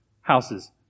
Houses